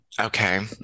Okay